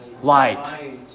light